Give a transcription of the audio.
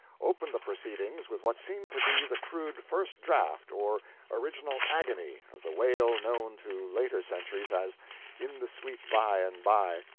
opened the proceedings with what seemed to be the crude first-draft or original agony of the wail known to later centuries as in the sweet bye and bye.